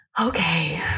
Okay